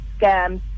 scams